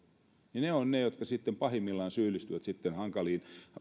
ovat heitä jotka sitten pahimmillaan syyllistyvät